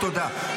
תודה.